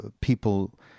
people